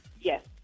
Yes